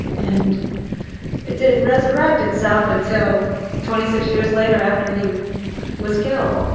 and it didn't resurrect itself until twenty six years later after he was killed.